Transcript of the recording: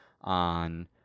on